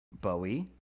Bowie